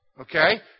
Okay